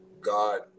God